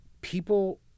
people